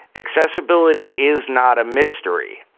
accessibility is not a mystery.